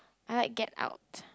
I like Get Out